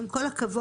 עם כל הכבוד,